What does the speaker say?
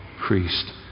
priest